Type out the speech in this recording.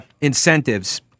incentives